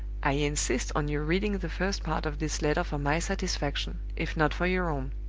i insist on your reading the first part of this letter for my satisfaction, if not for your own